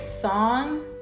song